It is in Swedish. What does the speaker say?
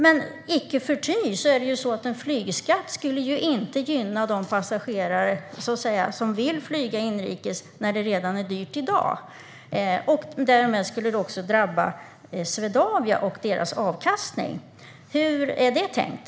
Men icke förty är det så att en flygskatt inte skulle gynna de passagerare som vill flyga inrikes när det redan i dag är dyrt. Därmed skulle det även drabba Swedavia och dess avkastning. Hur är detta tänkt?